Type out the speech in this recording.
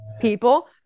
People